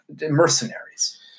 mercenaries